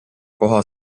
koha